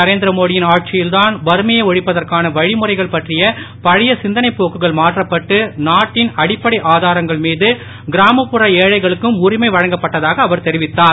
நரேந்திரமோடி யின் ஆட்சியில் தான் வறுமையை ஒழிப்பதற்கான வழிமுறைகள் பற்றிய பழைய சிந்தனைப் போக்குகள் மாற்றப்பட்டு நாட்டின் அடிப்படை ஆதாரங்கள் மீது கிராமப்புற ஏழைகளுக்கும் உரிமை வழங்கப்பட்டதாக அவர் தெரிவித்தார்